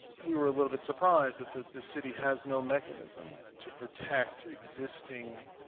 we were a little bit surprised that the the city has no mechanism to protect existing